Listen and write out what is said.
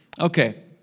okay